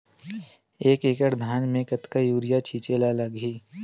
एक एकड़ धान में कतका यूरिया छिंचे ला लगही?